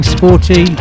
Sporty